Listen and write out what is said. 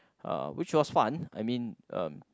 uh which was fun I mean uh